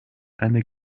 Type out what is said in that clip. eine